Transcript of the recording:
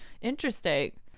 Interesting